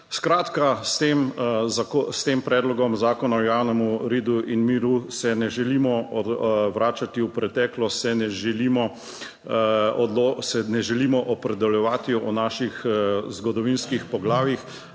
Skratka s tem predlogom Zakona o javnem redu in miru se ne želimo vračati v preteklost, se ne želimo opredeljevati o naših zgodovinskih poglavjih,